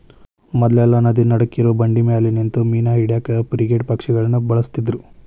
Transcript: ಮೊದ್ಲೆಲ್ಲಾ ನದಿ ನಡಕ್ಕಿರೋ ಬಂಡಿಮ್ಯಾಲೆ ನಿಂತು ಮೇನಾ ಹಿಡ್ಯಾಕ ಫ್ರಿಗೇಟ್ ಪಕ್ಷಿಗಳನ್ನ ಬಳಸ್ತಿದ್ರು